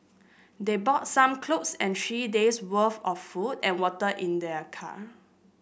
they bought some clothes and three days worth of food and water in their car